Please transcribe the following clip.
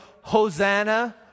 Hosanna